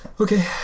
Okay